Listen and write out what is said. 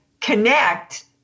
connect